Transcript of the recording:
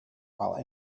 while